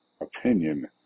opinion